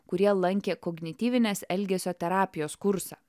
kurie lankė kognityvinės elgesio terapijos kursą